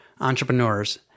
entrepreneurs